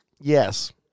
Yes